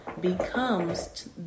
becomes